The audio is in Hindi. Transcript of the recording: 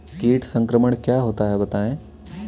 कीट संक्रमण क्या होता है बताएँ?